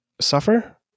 suffer